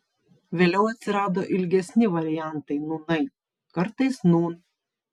vėliau atsirado ilgesni variantai nūnai kartais nūn